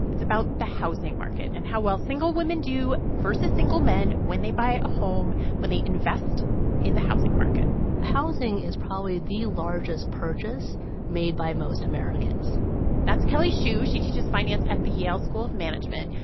it's about the housing market and how well single women do versus single men when they buy a home, when they invest in the housing market housing is probably the largest purchase made by most americans that's kelly shue. she teaches finance at the yale school of management.